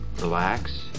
relax